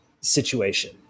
situation